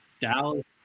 Dallas